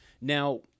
Now